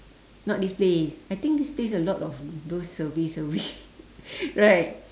not this place I think this place a lot of those survey survey right